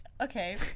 Okay